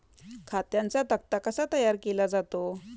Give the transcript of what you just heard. खात्यांचा तक्ता कसा तयार केला जातो?